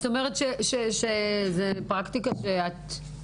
את אומרת שזו פרקטיקה נהוגה?